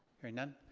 hearing none?